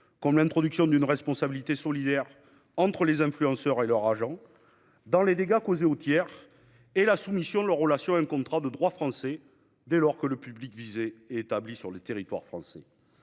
: l'introduction d'une responsabilité solidaire entre les influenceurs et leurs agents en cas de dommages causés aux tiers ou encore la soumission de leur relation à un contrat de droit français, dès lors que le public ciblé réside sur le territoire français.